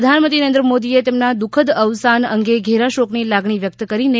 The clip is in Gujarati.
પ્રધાનમંત્રી નરેન્દ્ર મોદીએ તેમના દુઃખદ અવસાન અંગે ઘેરા શોકની લાગણી વ્યકત કરી છે